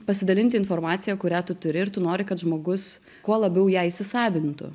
pasidalinti informacija kurią tu turi ir tu nori kad žmogus kuo labiau ją įsisavintų